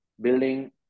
building